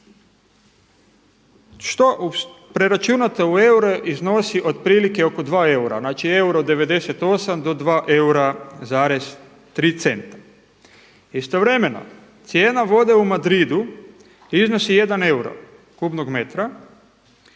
Što preračunato u eure iznosi otprilike oko 2 eura. Znači 1,98 do 2,3 eura. Istovremeno cijena vode u Madridu iznosi 1 euro kubnog metra,